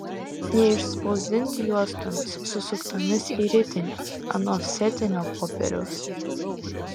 jie išspausdinti juostomis susuktomis į ritinį ant ofsetinio popieriaus